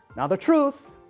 now the truth,